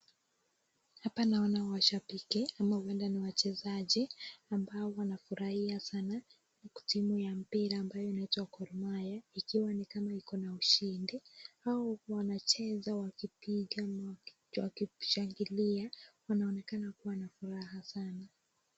Hapa naona washabiki ama huenda ni wachezaji ambao wanafurahia sana. Wako timu ya mpira ambayo inaitwa Gor Mahia ikiwa ni kama iko na mshindi. Hao huko wanacheza, wakipiga, wakishangilia. Wanaonekana kuwa na furaha sana